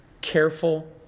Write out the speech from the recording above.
Careful